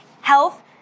health